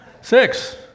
six